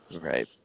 right